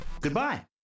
Goodbye